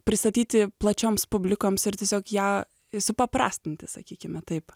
pristatyti plačioms publikoms ir tiesiog ją supaprastinti sakykime taip